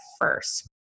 first